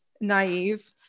naive